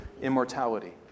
immortality